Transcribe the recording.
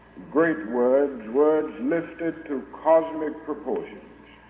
great words, words lifted to cosmic proportions.